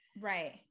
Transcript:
right